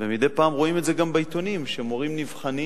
ומדי פעם רואים את זה גם בעיתונים, שמורים נבחנים